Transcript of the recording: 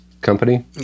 company